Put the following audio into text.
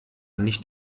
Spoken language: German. nicht